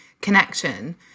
connection